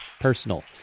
personal